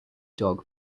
dog